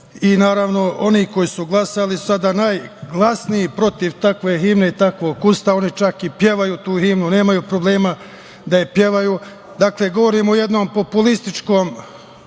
i naravno oni koji su glasali, sada najglasniji protiv takve himne i takvog Ustava, oni čak i pevaju tu himnu, nemaju problema da je pevaju. Dakle, govorimo jednom populističkom